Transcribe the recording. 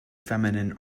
feminine